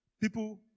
People